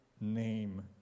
name